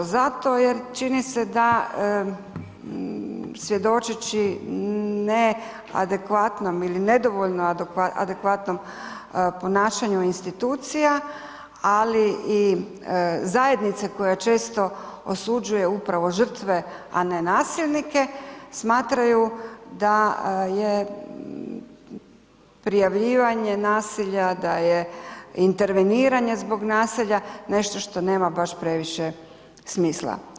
Zato jer čini se da svjedočeći neadekvatnom ili nedovoljno adekvatnom ponašanju institucija, ali i zajednice koja često osuđuje upravo žrtve, a ne nasilnike, smatraju da je prijavljivanje nasilja, da je interveniranje zbog nasilja, nešto što nema baš previše smisla.